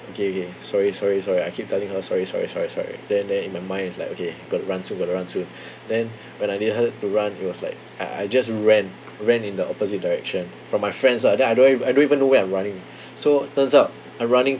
okay okay sorry sorry sorry I keep telling her sorry sorry sorry sorry then then in my mind it's like okay got to run soon got to run soon then when I needed to run it was like I I just ran ran in the opposite direction from my friends lah then I don't even I don't even know where I'm running so turns out I'm running